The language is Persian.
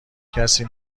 کسی